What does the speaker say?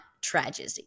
tragedy